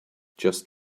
just